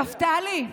נפתלי,